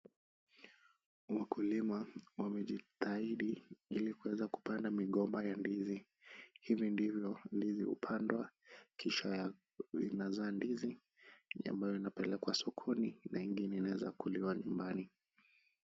Wakulima wamejitahidi ili kuweza kupanda migomba ya ndizi. Hivi ndivyo ndizi hupandwa kisha vinazaa ndizi ambayo inapelekwa sokoni na ingine inaweza kuliwa nyumbani.